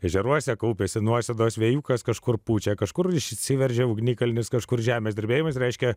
ežeruose kaupiasi nuosėdos vėjukas kažkur pučia kažkur išsiveržia ugnikalnis kažkur žemės drebėjimas reiškia